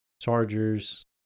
Chargers